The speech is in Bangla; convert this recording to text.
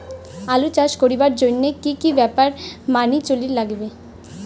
আলু চাষ করিবার জইন্যে কি কি ব্যাপার মানি চলির লাগবে?